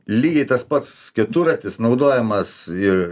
lygiai tas pats keturratis naudojamas ir